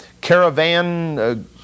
caravan